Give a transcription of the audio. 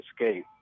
escape